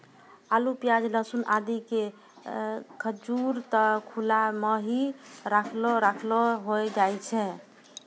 आलू, प्याज, लहसून आदि के गजूर त खुला मॅ हीं रखलो रखलो होय जाय छै